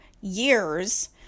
years